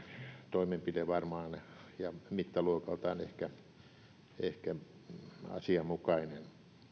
toimenpide varmaan ja mittaluokaltaan ehkä ehkä asianmukainen